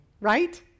Right